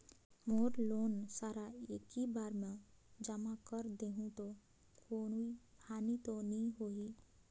मोर loan सारा एकी बार मे जमा कर देहु तो कोई हानि तो नी होही?